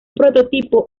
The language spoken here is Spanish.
prototipo